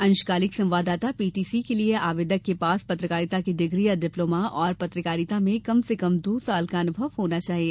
अंशकालिक संवाददाता पीटीसी के लिए आवेदक के पास पत्रकारिता की डिग्री या डिप्लोमा और पत्रकारिता में कम से कम दो वर्ष का अनुभव होना चाहिए